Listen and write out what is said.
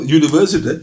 university